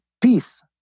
peace